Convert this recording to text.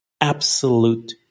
absolute